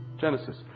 Genesis